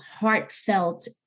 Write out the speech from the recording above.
heartfelt